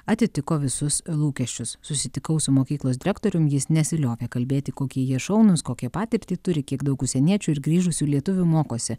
atitiko visus lūkesčius susitikau su mokyklos direktoriumi jis nesiliovė kalbėti kokie jie šaunūs kokią patirtį turi kiek daug užsieniečių ir grįžusių lietuvių mokosi